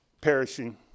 perishing